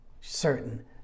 certain